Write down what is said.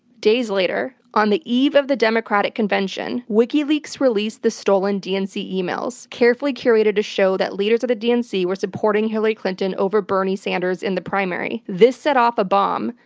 days later, on the eve of the democratic convention, wikileaks released the stolen dnc emails, carefully curated to show that leaders of the dnc were supporting hillary clinton over bernie sanders in the primary. this set off a bomb,